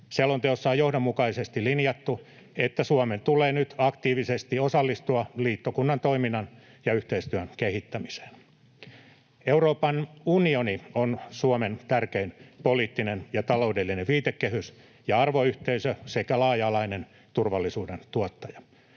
Selonteossa on johdonmukaisesti linjattu, että Suomen tulee nyt aktiivisesti osallistua liittokunnan toimintaan ja yhteistyön kehittämiseen. Euroopan unioni on Suomen tärkein poliittinen ja taloudellinen viitekehys ja arvoyhteisö sekä laaja-alainen turvallisuuden tuottaja.